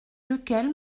lequel